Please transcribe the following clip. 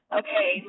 okay